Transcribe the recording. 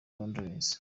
londres